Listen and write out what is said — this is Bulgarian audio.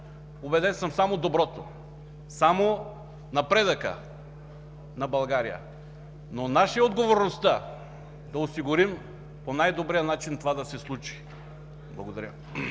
убеден съм, само доброто, само напредъка на България, но наша е отговорността да осигурим по най-добрия начин това да се случи. Благодаря.